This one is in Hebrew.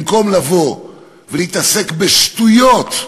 במקום לבוא ולהתעסק בשטויות.